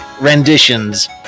renditions